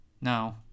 No